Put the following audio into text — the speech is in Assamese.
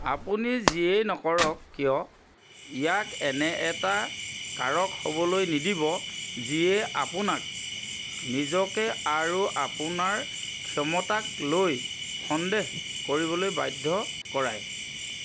আপুনি যিয়েই নকৰক কিয় ইয়াক এনে এটা কাৰক হ'বলৈ নিদিব যিয়ে আপোনাক নিজকে আৰু আপোনাৰ ক্ষমতাক লৈ সন্দেহ কৰিবলৈ বাধ্য কৰায়